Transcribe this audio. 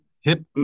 hip